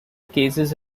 cases